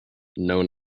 known